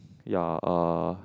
ya uh